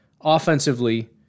Offensively